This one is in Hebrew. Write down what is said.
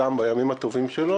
ביטלתם את המשכנתאות המסובסדות.